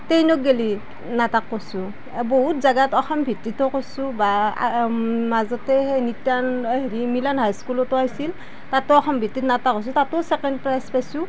টেইনত গলি নাটক কৰিছোঁ বহুত জেগাত অসম ভিত্তিতো কৰিছোঁ বা মাজতে সেই নিত্ৰান হেৰি মিলান হাইস্কুলতো আছিল তাতো অসম ভিত্তিক নাটক হৈছিল তাতো ছেকেণ্ড প্ৰাইছ পাইছোঁ